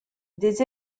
des